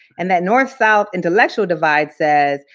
and that north-south intellectual divide says,